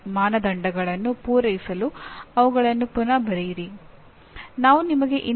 ಮುಂದಿನ ಪಾಠದಲ್ಲಿ ನಾವು ಸಾಮಾನ್ಯವಾಗಿ ಬಳಸುವ ಇತರ ಮೂರು ಪದಗಳ ಬಗ್ಗೆಯೂ ಮಾತನಾಡುತ್ತೇವೆ